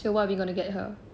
so what we gonna get her